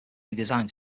redesigned